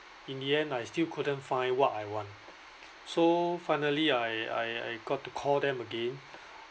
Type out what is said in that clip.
in the end I still couldn't find what I want so finally I I I got to call them again